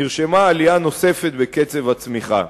נרשמה עלייה נוספת בקצב הצמיחה.